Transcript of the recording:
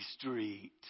Street